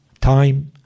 time